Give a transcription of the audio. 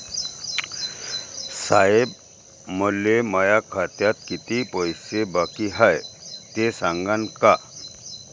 साहेब, मले माया खात्यात कितीक पैसे बाकी हाय, ते सांगान का?